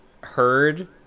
heard